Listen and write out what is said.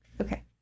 Okay